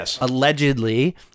allegedly